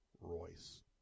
Royce